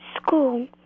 school